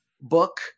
book